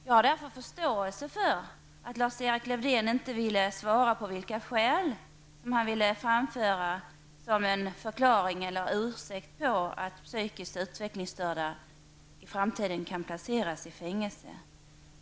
Jag har därför förståelse för att Lars-Erik Lövdén inte vill svara på vilka skäl han anför som en förklaring till eller ursäkt för att psykiskt utvecklingsstörda i framtiden kan placeras i fängelse.